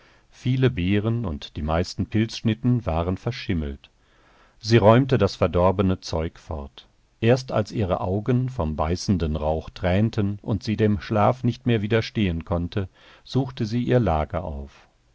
viele beeren und die meisten pilzschnitten waren verschimmelt sie räumte das verdorbene zeug fort erst als ihre augen vom beißenden rauch tränten und sie dem schlaf nicht mehr widerstehen konnte suchte sie ihr lager auf